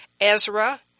Ezra